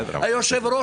יושב הראש,